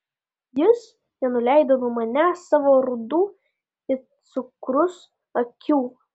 jis nenuleido nuo manęs savo rudų it cukrus akių